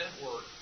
network